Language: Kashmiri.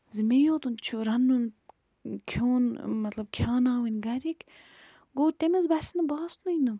زِ مے یوتن چھُ رَننُک کھٮ۪وٚن مطلب کھٮ۪اناوٕنۍ گرِکۍ گوٚو تٔمِس گژھِ نہٕ باسنُے نہٕ